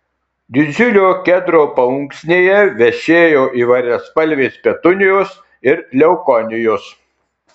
didžiulio kedro paunksnėje vešėjo įvairiaspalvės petunijos ir leukonijos